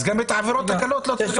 אז גם בעבירות הקלות לא צריך.